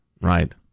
right